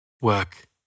Work